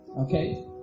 Okay